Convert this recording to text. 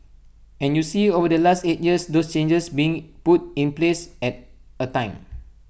and you see over the last eight years those changes being put in place at A time